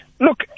Look